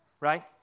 right